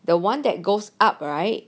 the [one] that goes up right